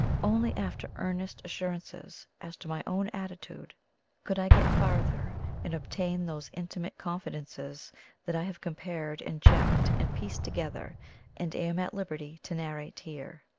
only after earnest assurances as to my own attitude could i get farther and obtain those intimate confidences that i have compared and checked and pieced together and am at liberty to narrate here.